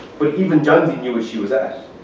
but even johnsey knew what she was asked,